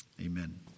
Amen